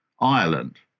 Ireland